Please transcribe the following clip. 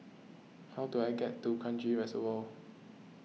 how do I get to Kranji Reservoir